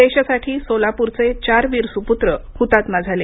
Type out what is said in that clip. देशासाठी सोलापूरचे चार वीर सुपुत्र ह्तात्मा झाले